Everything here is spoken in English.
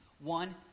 one